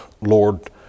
Lord